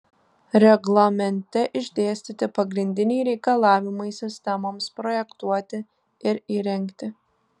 reglamente išdėstyti pagrindiniai reikalavimai sistemoms projektuoti ir įrengti